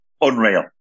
unreal